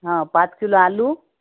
हां पाच किलो आलू